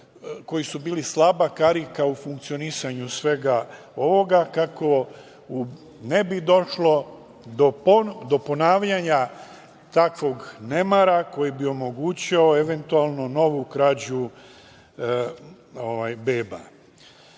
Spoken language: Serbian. koji su bili slaba karika u funkcionisanju svega ovoga, kako ne došlo do ponavljanja takvog nemara koji bi omogućio eventualno novu krađu